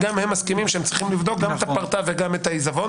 שבהם גם הם מסכימים שהם צריכים לבדוק גם את הפרטה וגם את הדוחות.